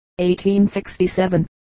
1867